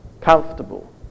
Comfortable